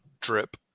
drip